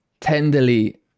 tenderly